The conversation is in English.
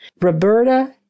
Roberta